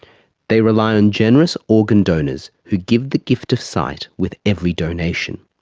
they rely on generous organ donors who give the gift of sight with every donation.